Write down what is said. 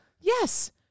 Yes